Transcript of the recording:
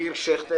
דביר שכטר